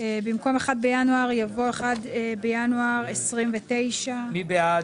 במקום "1 בינואר" יבוא "1 בינואר 2029". מי בעד?